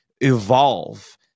evolve